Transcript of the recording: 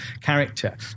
character